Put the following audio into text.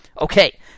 Okay